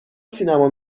سینما